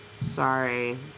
Sorry